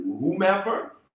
whomever